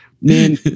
Man